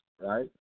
right